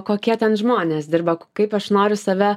kokie ten žmonės dirba kaip aš noriu save